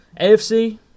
AFC